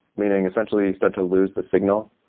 meaning, essentially, you'll start to lose the signal,